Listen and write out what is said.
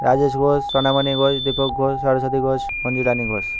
Rajesh Bose Sonamoni Bose Dipak Ghosh Saraswati Ghosh Manju Rani Ghosh